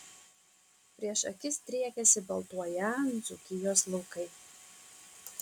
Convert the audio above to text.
prieš akis driekėsi baltuoją dzūkijos laukai